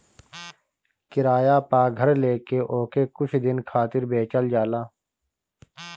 किराया पअ घर लेके ओके कुछ दिन खातिर बेचल जाला